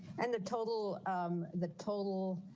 and the total um the total